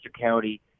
County